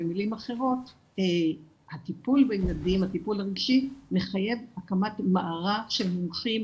במילים אחרות הטיפול הרגשי בילדים מחייב הקמת מערך של מומחים